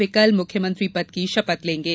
वे कल मुख्यमंत्री पद की शपथ लेंगे